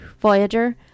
Voyager